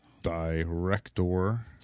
director